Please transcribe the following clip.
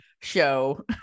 show